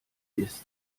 ist